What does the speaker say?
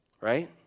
Right